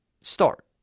start